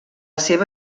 seva